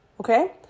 okay